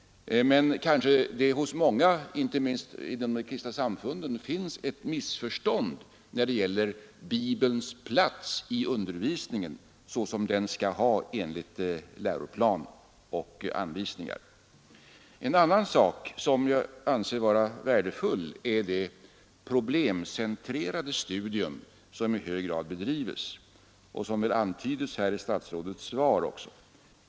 Men kanske det hos många, inte minst i de kristna samfunden, råder ett missförstånd när det gäller Bibelns plats i undervisningen enligt läroplan och anvisningar. En annan sak som jag anser vara värdefull är det problemcentrerade studium som i hög grad bedrivs och som väl också antyds här i statsrådets svar.